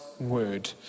word